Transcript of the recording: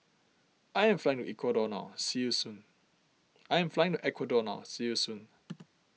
I am flying Ecuador now see you soon I am flying Ecuador now see you soon